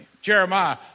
Jeremiah